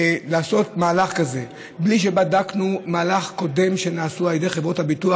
לעשות מהלך כזה בלי שבדקנו מהלכים קודמים שנעשו על ידי חברות הביטוח,